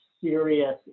serious